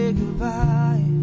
goodbye